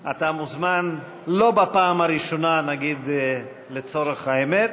אתה מוזמן, לא בפעם הראשונה, נגיד לצורך האמת,